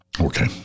Okay